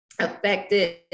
affected